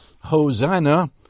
Hosanna